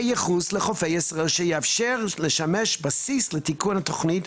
ייחוס לחופי ישראל שיאפשר לשמש בסיס לתיקון התוכנית,